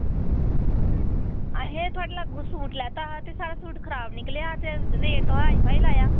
अहें थुआढ़े कोला इक सूट लैता हा ते साढ़ा सूट खराब निकलेआ ते रेट तुसें हाई फाई लाया